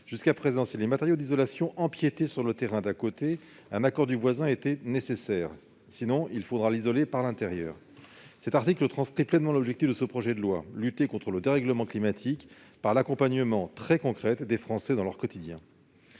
Jusqu'à présent, si les matériaux d'isolation empiétaient sur le terrain d'à côté, un accord du voisin était nécessaire, faute de quoi l'isolement devait se faire par l'intérieur. Cet article transcrit pleinement l'objectif de ce projet de loi : lutter contre le dérèglement climatique par l'accompagnement très concret des Français dans leur quotidien.